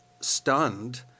stunned